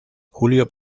julio